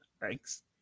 Thanks